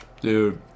dude